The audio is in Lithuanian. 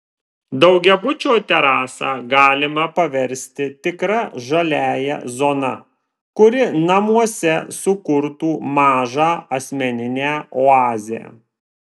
daugiabučio terasą galima paversti tikra žaliąja zona kuri namuose sukurtų mažą asmeninę oazę